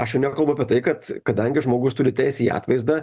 aš jau nekalbu apie tai kad kadangi žmogus turi teisę į atvaizdą